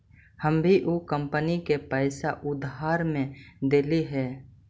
हम भी ऊ कंपनी के पैसा उधार में देली हल